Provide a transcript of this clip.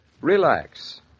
Relax